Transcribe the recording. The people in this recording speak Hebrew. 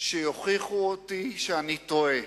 שיוכיחו לי שאני טועה.